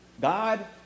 God